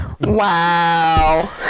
Wow